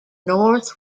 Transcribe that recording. north